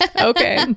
okay